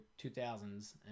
2000s